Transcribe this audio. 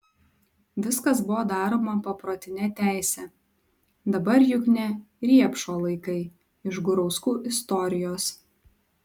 viskas buvo daroma paprotine teise dabar juk ne riepšo laikai iš gurauskų istorijos